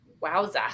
Wowza